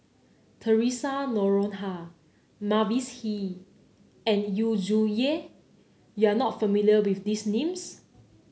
Theresa Noronha Mavis Hee and Yu Zhuye you are not familiar with these names